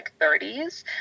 30s